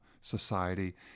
society